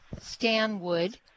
Stanwood